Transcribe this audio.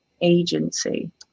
agency